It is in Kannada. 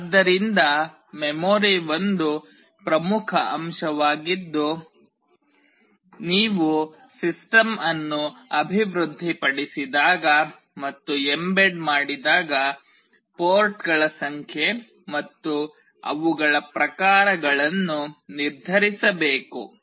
ಆದ್ದರಿಂದ ಮೆಮೊರಿ ಒಂದು ಪ್ರಮುಖ ಅಂಶವಾಗಿದ್ದು ನೀವು ಸಿಸ್ಟಮ್ ಅನ್ನು ಅಭಿವೃದ್ಧಿಪಡಿಸಿದಾಗ ಮತ್ತು ಎಂಬೆಡ್ ಮಾಡಿದಾಗ ಪೋರ್ಟ್ಗಳ ಸಂಖ್ಯೆ ಮತ್ತು ಅವುಗಳ ಪ್ರಕಾರಗಳನ್ನು ನಿರ್ಧರಿಸಬೇಕು